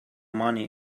money